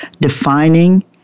defining